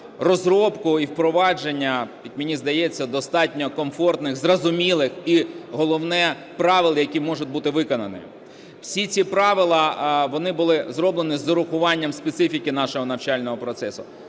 розробку і впровадження, мені здається, достатньо комфортних, зрозумілих і головне, правил, які можуть бути виконані. Всі ці правила, вони були зроблені з урахуванням специфіки нашого навчального процесу.